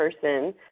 person